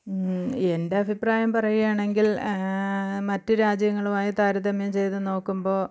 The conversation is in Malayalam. എൻ്റെ അഭിപ്രായം പറയുകയാണെങ്കിൽ മറ്റു രാജ്യങ്ങളുമായി താരതമ്യം ചെയ്തു നോക്കുമ്പോൾ